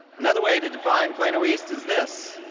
another way to define plano east is this